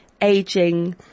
aging